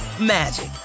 magic